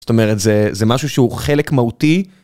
זאת אומרת, זה משהו שהוא חלק מהותי.